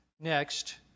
Next